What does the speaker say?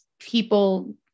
people